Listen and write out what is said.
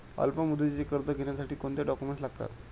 अल्पमुदतीचे कर्ज घेण्यासाठी कोणते डॉक्युमेंट्स लागतात?